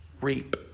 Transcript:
reap